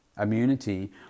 immunity